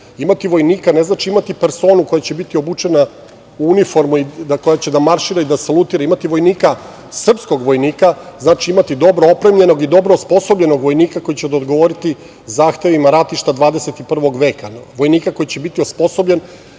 Imati vojnika ne znači imati personu koja će biti obučena u uniformu i koja će da maršira i solutira, imati vojnika, srpskog vojnika, znači imati dobro opremljenog i dobro osposobljenog vojnika koji će odgovoriti zahtevima ratišta 21. veka, vojnika koji će biti osposobljen